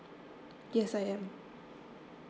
yes I am